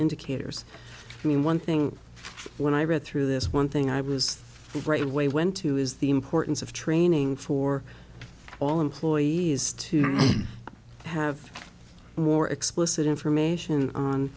indicators i mean one thing when i read through this one thing i was right away went to is the importance of training for all employees to have more explicit information